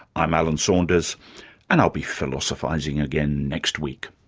i'm alan saunders and i'll be philosophising again next week